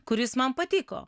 kuris man patiko